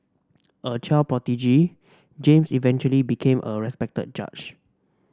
a child prodigy James eventually became a respected judge